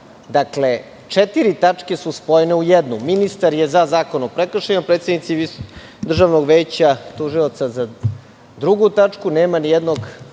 četiri tačke su spojene u jednu. Ministar je za Zakon o prekršaju, predstavnici Državnog veća tužilaca za drugu tačku, a nema nijednog